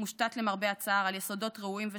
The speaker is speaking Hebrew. מושתת למרבה הצער על יסודות רעועים ושחוקים,